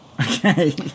Okay